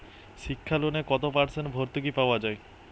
শিক্ষা লোনে কত পার্সেন্ট ভূর্তুকি পাওয়া য়ায়?